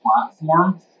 platform